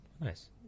nice